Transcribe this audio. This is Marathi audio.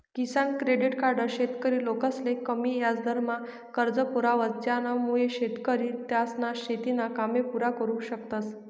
किसान क्रेडिट कार्ड शेतकरी लोकसले कमी याजदरमा कर्ज पुरावस ज्यानामुये शेतकरी त्यासना शेतीना कामे पुरा करु शकतस